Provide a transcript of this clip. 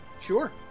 Sure